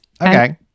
Okay